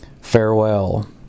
Farewell